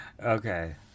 Okay